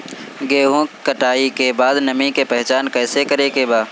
गेहूं कटाई के बाद नमी के पहचान कैसे करेके बा?